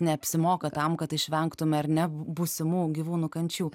neapsimoka tam kad išvengtume ar ne būsimų gyvūnų kančių